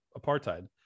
apartheid